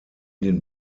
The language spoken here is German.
den